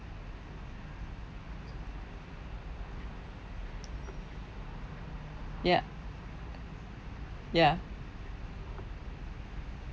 ya ya